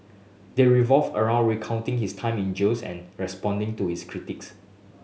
they revolve around recounting his time in jails and responding to his critics